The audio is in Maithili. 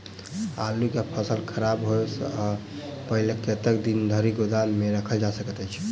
आलु केँ फसल खराब होब सऽ पहिने कतेक दिन धरि गोदाम मे राखल जा सकैत अछि?